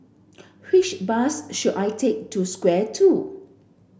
which bus should I take to Square two